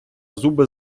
зуби